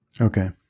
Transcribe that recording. Okay